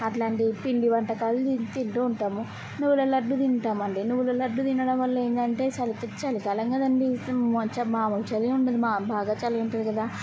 అట్లాంటివి పిండి వంటకాలు తి తింటూ ఉంటాము నువ్వుల లడ్లు తింటాం అండి నువ్వుల లడ్లు తినడం వల్ల ఏంటంటే చలికి చలికాలం కదండి చ మామూలు చలి ఉండదు బా బాగా చలి ఉంటుంది కదా